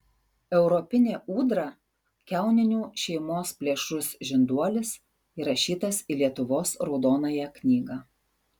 europinė ūdra kiauninių šeimos plėšrus žinduolis įrašytas į lietuvos raudonąją knygą